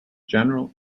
general